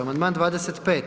Amandman 25.